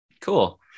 Cool